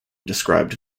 described